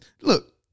look